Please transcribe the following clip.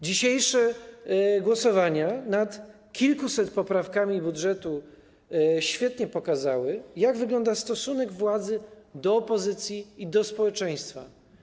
Dzisiejsze głosowanie nad kilkuset poprawkami do budżetu świetnie pokazały, jak wygląda stosunek władzy do opozycji i społeczeństwa.